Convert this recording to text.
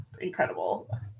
incredible